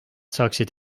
saaksid